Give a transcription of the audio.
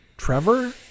Trevor